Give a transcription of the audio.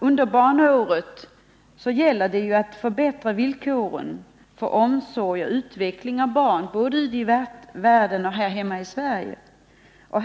Under Barnåret gäller det att förbättra villkoren för omsorgen och utvecklingen av barnen, både ute i världen och här hemma i Sverige.